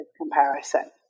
comparison